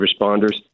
responders